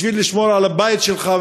בשביל לשמור על הבית שלך,